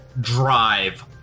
drive